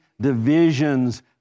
divisions